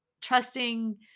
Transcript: trusting